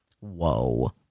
Whoa